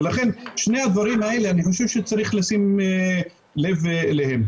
שני הדברים האלה, אני חושב שצריך לשים לב אליהם.